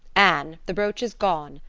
anne, the brooch is gone.